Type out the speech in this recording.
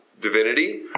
divinity